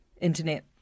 internet